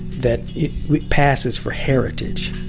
that passes for heritage,